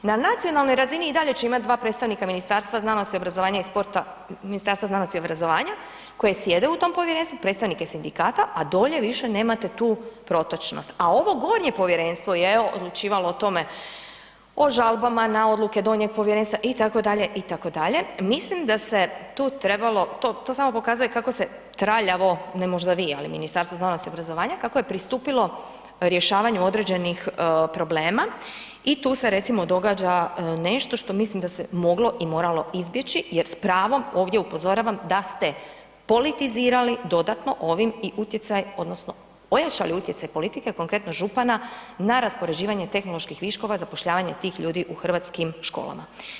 Na nacionalnoj razini i dalje će imati 2 predstavnika Ministarstva znanosti i obrazovanja koji sjede u tom povjerenstvu, predstavnike sindikata a dolje više nemate tu protočnost a ovo gornje povjerenstvo je odlučivalo o tome, o žalbama na odluke donjeg povjerenstva itd., itd., mislim da se tu trebalo, to samo pokazuje kako se traljavo, ne možda vi ali Ministarstvo znanosti i obrazovanja, kako je pristupilo rješavanju određenih problema i tu se recimo događa nešto mislim da se moglo i moralo izbjeći jer s pravom ovdje upozoravam da ste politizirali dodatno ovim i utjecaj odnosno ojačali utjecaj politike, konkretno župana na raspoređivanje tehnoloških viškova zapošljavanja tih ljudi u hrvatskim školama.